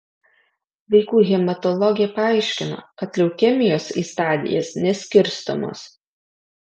vaikų hematologė paaiškino kad leukemijos į stadijas neskirstomos